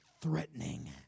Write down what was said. threatening